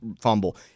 fumble